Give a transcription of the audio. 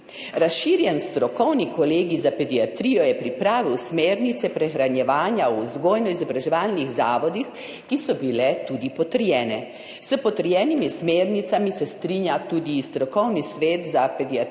Razširjeni strokovni kolegij za pediatrijo je pripravil smernice prehranjevanja v vzgojno-izobraževalnih zavodih, ki so bile tudi potrjene. S potrjenimi smernicami se strinja tudi Strokovni svet za pediatrijo